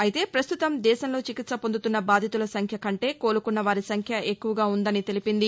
అయితే ప్రస్తుతం దేశంలో చికిత్స పొందుతున్న బాధితుల సంఖ్య కంటే కోలుకున్న వారి సంఖ్య ఎక్కువగా ఉందని తెలిపింది